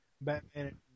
Batman